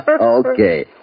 Okay